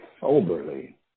soberly